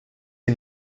est